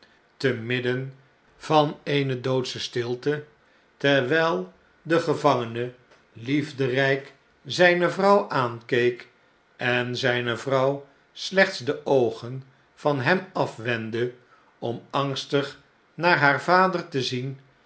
te midden van eene doodsche stilte terwfll de gevangene liefderp zjjne vrouw aankeek en zijne vrouw slechts de oogen van hem afwendde om angstig naar haar vader te zien